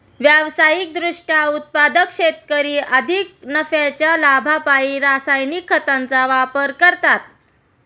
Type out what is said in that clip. व्यावसायिक दृष्ट्या उत्पादक शेतकरी अधिक नफ्याच्या लोभापायी रासायनिक खतांचा वापर करतात